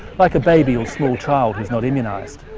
like a baby or small child who's not immunised.